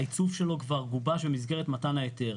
העיצוב שלו כבר גובש במסגרת מתן ההיתר.